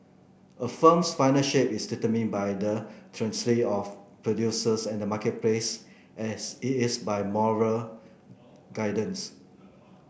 a film's final shape is determined by the of producers and the marketplace as it is by moral guardians